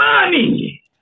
Money